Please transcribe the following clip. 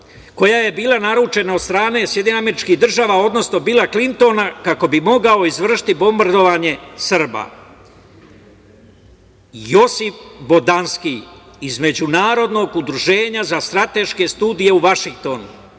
koja je bila naručena od strane SAD, odnosno Bila Klintona kako bi mogao izvršiti bombardovanje Srba. Josif Bodanski iz Međunarodnog udruženja za strateške sudije u Vašingtonu,